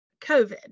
COVID